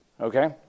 okay